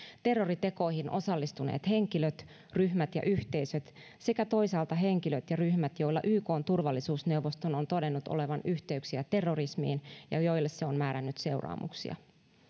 terroritekoihin osallistuneet henkilöt ryhmät ja yhteisöt sekä toisaalta henkilöt ja ryhmät joilla ykn turvallisuusneuvosto on todennut olevan yhteyksiä terrorismiin ja joille se on määrännyt seuraamuksia